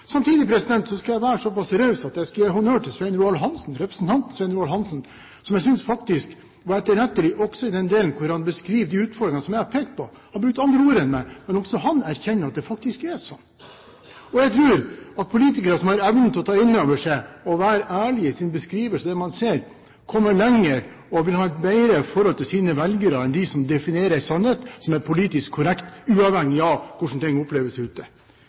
Samtidig skal jeg være såpass raus at jeg skal gi honnør til representanten Svein Roald Hansen, som jeg faktisk synes var etterrettelig også i den delen hvor han beskriver de utfordringene som jeg har pekt på. Han brukte andre ord enn meg, men også han erkjenner at det faktisk er sånn. Jeg tror at politikere som har evnen til å ta det inn over seg og være ærlige i sin beskrivelse av det man ser, kommer lenger og vil ha et bedre forhold til sine velgere enn dem som definerer en sannhet som er politisk korrekt, uavhengig av hvordan ting oppleves ute.